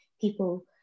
People